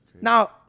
Now